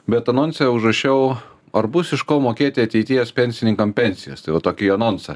bet anonse užrašiau ar bus iš ko mokėti ateities pensininkam pensijas tai vat tokį anonsą